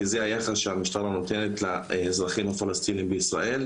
כי זה היחס שהמשטרה נותנת לאזרחים הפלסטינים בישראל,